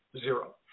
zero